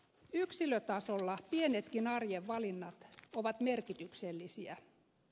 yksilötasolla pienetkin arjen valinnat ovat merkityksellisiä